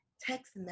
text